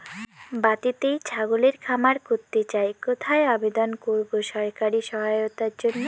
বাতিতেই ছাগলের খামার করতে চাই কোথায় আবেদন করব সরকারি সহায়তার জন্য?